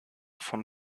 von